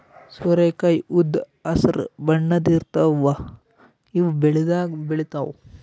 ಸೋರೆಕಾಯಿ ಉದ್ದ್ ಹಸ್ರ್ ಬಣ್ಣದ್ ಇರ್ತಾವ ಇವ್ ಬೆಳಿದಾಗ್ ಬೆಳಿತಾವ್